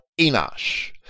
Enosh